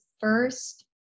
first